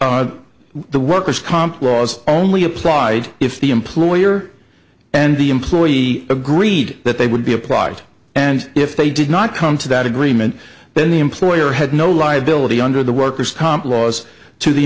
the workers comp was only applied if the employer and the employee agreed that they would be applied and if they did not come to that agreement then the employer had no liability under the worker's comp laws to the